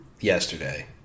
yesterday